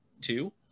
two